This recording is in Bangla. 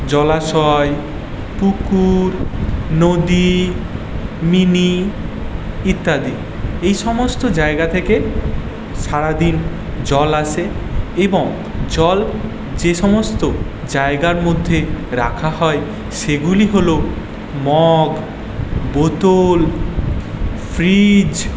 জলাশয় পুকুর নদী মিনি ইত্যাদি এই সমস্ত জায়গা থেকে সারাদিন জল আসে এবং জল যেসমস্ত জায়গার মধ্যে রাখা হয় সেগুলি হলো মগ বোতল ফ্রিজ